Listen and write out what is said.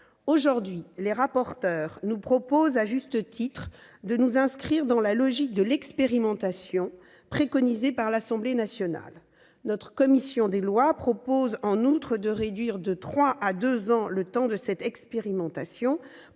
Aujourd'hui, les rapporteurs nous proposent, à juste titre, de nous inscrire dans la logique de l'expérimentation, préconisée à l'Assemblée nationale. La commission des lois propose, en outre, de réduire de trois à deux ans le temps de cette expérimentation